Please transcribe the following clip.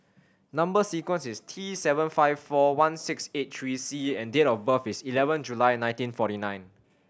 number sequence is T seven five four one six eight three C and date of birth is eleven July nineteen forty nine